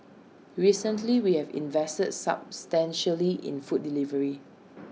recently we have invested substantially in food delivery